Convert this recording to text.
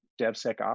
DevSecOps